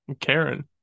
Karen